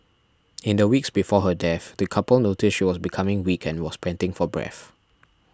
in the weeks before her death the couple noticed she was becoming weak and was panting for breath